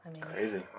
Crazy